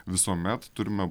visuomet turime